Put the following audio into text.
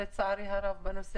לצערי הרב,